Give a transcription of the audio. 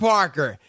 Parker